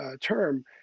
term